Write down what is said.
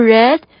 Red